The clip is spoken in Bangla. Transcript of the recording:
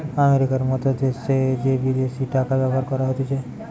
আমেরিকার মত দ্যাশে যে বিদেশি টাকা ব্যবহার করা হতিছে